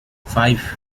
five